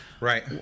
Right